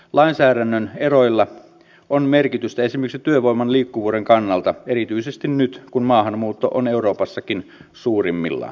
lainsäädännön eroilla on merkitystä esimerkiksi työvoiman liikkuvuuden kannalta erityisesti nyt kun maahanmuutto on euroopassakin suurimmillaan